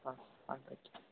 ஆ ஆ thank you